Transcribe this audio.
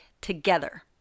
together